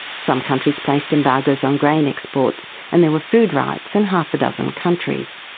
some countries placed embargoes on grain exports and there were food riots in half a dozen countries.